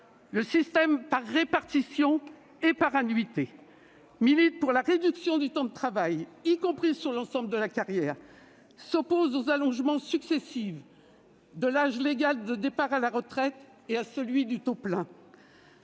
le système par répartition et par annuité, militent pour la réduction du temps de travail, y compris sur l'ensemble de la carrière, s'opposent aux allongements successifs de l'âge légal de départ à la retraite et pour le bénéfice du taux plein.